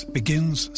begins